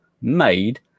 made